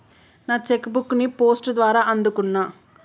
నా cheque book ని post ద్వారా అందుకున్నా